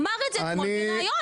הוא אמר את זה אתמול בריאיון.